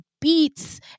beats